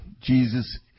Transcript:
Jesus